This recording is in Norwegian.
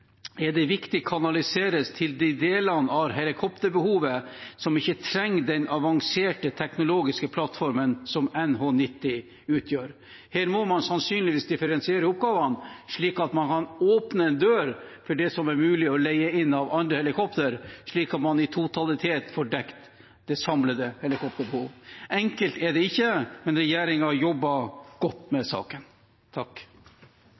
kanaliseres til de delene av helikopterbehovet som ikke trenger den avanserte teknologiske plattformen som NH90 utgjør. Her må man sannsynligvis differensiere oppgavene slik at man kan åpne en dør for det som er mulig å leie inn av andre helikoptre, slik at man i en totalitet får dekket det samlede helikopterbehovet. Enkelt er det ikke, men regjeringen jobber godt med